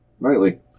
nightly